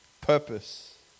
Purpose